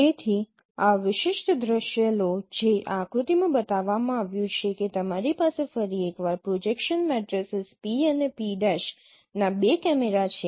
તેથી આ વિશિષ્ટ દૃશ્ય લો જે આ આકૃતિમાં બતાવવામાં આવ્યું છે કે તમારી પાસે ફરી એકવાર પ્રોજેક્શન મેટ્રિસીસ P અને P' ના બે કેમેરા છે